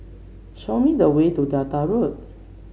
show me the way to Delta Road